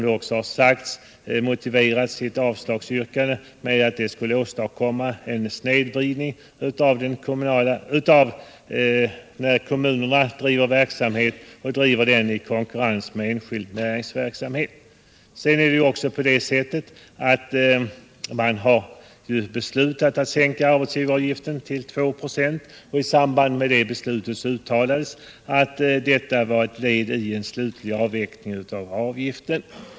Avstyrkandet har motiverats med att förslagets förverkligande skulle kunna leda till en snedvridning när kommunal verksamhet bedrivs i konkurrens med enskild näringsverksamhet. Man har ju också beslutat att sänka arbetsgivaravgiften till 2 "5, och i samband med det beslutet uttalades att detta var ett led i en slutlig av veckling av avgiften.